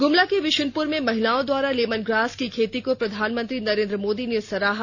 ग्मला के विश्नप्र में महिलाओं द्वारा लेमन ग्रास की खेती को प्रधानमंत्री नरेन्द्र मोदी ने सराहा